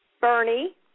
Bernie